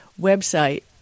website